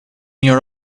your